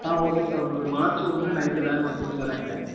ஆ okay sir உங்களுக்கு March ஒன்று night van வந்துடும் சார் அங்கே